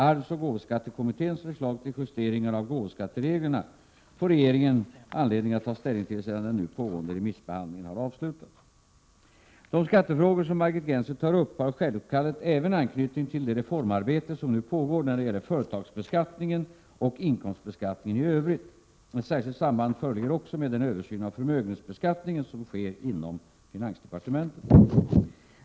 Arvsoch gåvoskattekommitténs förslag till justeringar av gåvoskattereglerna får regeringen anledning att ta ställning till sedan den kommande utgifter och intäkter på statsbudgeten för 1988/89 nu pågående remissbehandlingen har avslutats. De skattefrågor som Margit Gennser tar upp har självfallet även anknytning till det reformarbete som nu pågår när det gäller företagsbeskattningen och inkomstbeskattningen i övrigt. Ett särskilt samband föreligger också med den översyn av förmögenhetsbeskattningen som sker inom finansdepartementet.